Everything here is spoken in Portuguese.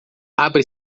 abra